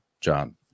John